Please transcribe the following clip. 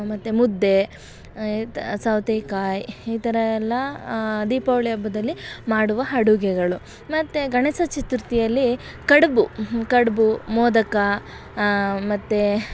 ಮತ್ತು ಮುದ್ದೆ ತ್ ಸೌತೆಕಾಯಿ ಈ ಥರಯೆಲ್ಲ ದೀಪಾವಳಿ ಹಬ್ಬದಲ್ಲಿ ಮಾಡುವ ಅಡುಗೆಗಳು ಮತ್ತು ಗಣೇಶ ಚತುರ್ಥಿಯಲ್ಲಿ ಕಡುಬು ಕಡುಬು ಮೋದಕ ಮತ್ತು